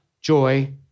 joy